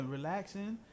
Relaxing